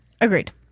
agreed